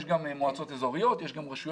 יש גם מועצות אזוריות, יש גם רשויות.